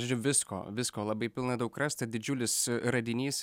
žodžiu visko visko labai pilna daug rasta didžiulis radinys